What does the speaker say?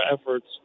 efforts